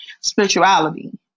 spirituality